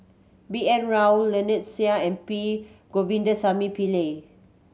B N Rao Lynnette Seah and P Govindasamy Pillai